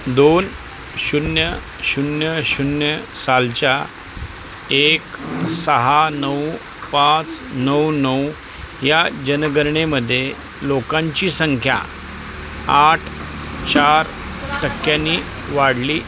दोन शून्य शून्य शून्य सालच्या एक सहा नऊ पाच नऊ नऊ या जनगणनेमध्ये लोकांची संख्या आठ चार टक्क्यांनी वाढली